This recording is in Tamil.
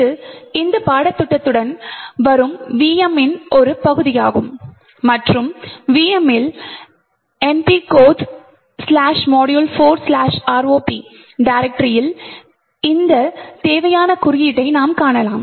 இது இந்த பாடத்திட்டத்துடன் வரும் VM இன் ஒரு பகுதியாகும் மற்றும் VM இல் nptel codes module4 ROP டைரெக்டரியில் இந்த தேவையான குறியீட்டை நாம் காணலாம்